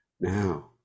Now